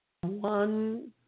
One